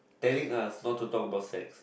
telling us not to talk about sex